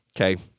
Okay